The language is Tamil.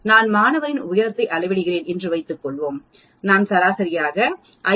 நான் மாணவரின் உயரத்தை அளவிடுகிறேன் என்று வைத்துக்கொள்வோம் நான் சராசரியாக 5